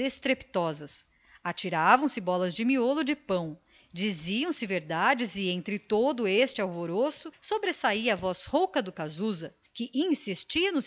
estrepitosas cruzavam-se projéteis de miolo de pão quebravam se copos e dentro de todo esse tumulto destacava-se a voz rouca do casusa que insistia no